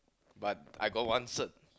but I got one cert